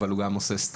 אבל הוא גם עושה סטאז',